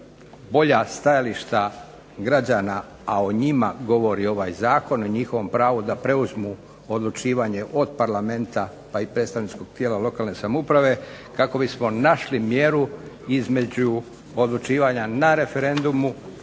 bolja stajališta građana, a o njima govori ovaj Zakon, o njihovom pravu da preuzmu odlučivanje od parlamenta pa i predstavničkog tijela lokalne samouprave, kako bismo našli mjeru između odlučivanja na referendumu